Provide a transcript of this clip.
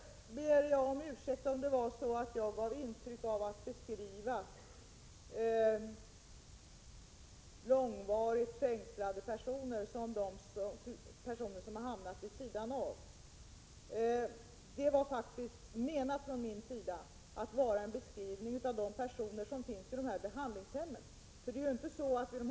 Jag ber om ursäkt om jag gav intryck av att beskriva långvarigt fängslade personer som sådana som hamnat vid sidan av. Det var faktiskt meningen att det skulle vara en beskrivning av de personer som finns på behandlingshemmen.